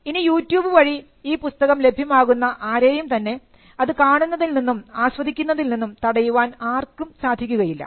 ഇനി യൂട്യൂബ് വഴി ഈ പുസ്തകം ലഭ്യമാകുന്ന ആരെയും തന്നെ അത് കാണുന്നതിൽ നിന്നും ആസ്വദിക്കുന്നതിൽ നിന്നും തടയുവാൻ ആർക്കും സാധിക്കുകയില്ല